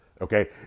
okay